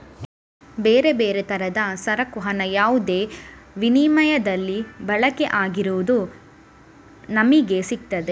ಬೇರೆ ಬೇರೆ ತರದ ಸರಕು ಹಣ ಯಾವುದೇ ವಿನಿಮಯದಲ್ಲಿ ಬಳಕೆ ಆಗಿರುವುದು ನಮಿಗೆ ಸಿಗ್ತದೆ